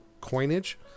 coinage